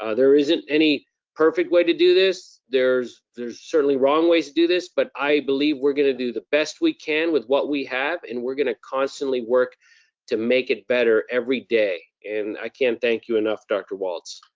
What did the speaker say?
ah there isn't any perfect way to do this. there's there's certainly wrong ways to do this, but i believe we're gonna do the best we can with what we have, and we're gonna constantly work to make it better every day. and i can't thank you enough, dr. walts.